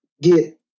get